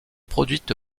produite